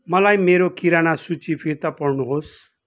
मलाई मेरो किराना सूची फिर्ता पढ्नुहोस्